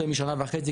יותר משנה וחצי,